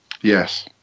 Yes